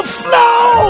flow